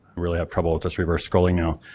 really have trouble with this reverse scrolling now.